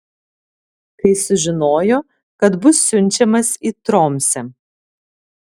kai sužinojo kad bus siunčiamas į tromsę